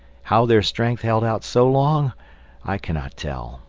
how their strength held out so long i cannot tell,